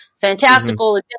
fantastical